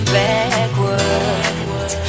backwards